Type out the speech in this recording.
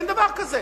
אין דבר כזה.